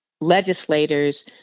legislators